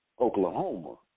Oklahoma